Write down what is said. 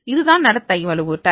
எனவே இதுதான் நடத்தை வலுவூட்டல்